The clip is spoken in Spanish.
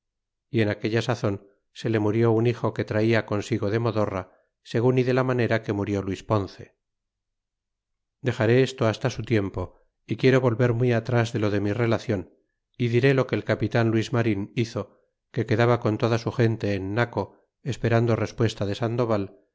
y en aquella sazon se le murió un hijo que traia consigo de modorra segun y de la manera que murió luis ponce dexaró esto hasta su tiempo é quiero volver muy atras de lo de mi relacion é diré lo que el capitan luis marin hizo que quedaba con toda su gente en naco esperando respuesta de sandoval